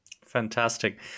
Fantastic